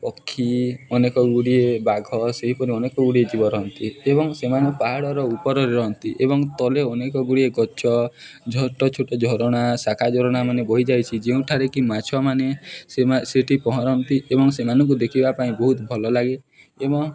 ପକ୍ଷୀ ଅନେକଗୁଡ଼ିଏ ବାଘ ସେହିପରି ଅନେକଗୁଡ଼ିଏ ଯିବ ରହନ୍ତି ଏବଂ ସେମାନେ ପାହାଡ଼ର ଉପରରେ ରହନ୍ତି ଏବଂ ତଳେ ଅନେକଗୁଡ଼ିଏ ଗଛ ଝ ଛୋଟ ଛୋଟ ଝରଣା ଶାଖା ଝରଣାମାନେ ବହିଯାଇଛି ଯେଉଁଠାରେ କି ମାଛମାନେ ସେ ସେଠି ପହଁରନ୍ତି ଏବଂ ସେମାନଙ୍କୁ ଦେଖିବା ପାଇଁ ବହୁତ ଭଲ ଲାଗେ ଏବଂ